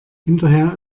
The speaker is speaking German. hinterher